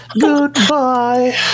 Goodbye